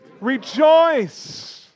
rejoice